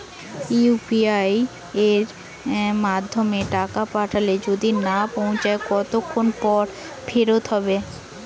UPI য়ের মাধ্যমে টাকা পাঠালে যদি না পৌছায় কতক্ষন পর ফেরত হবে?